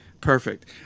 perfect